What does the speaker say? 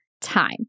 time